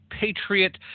patriot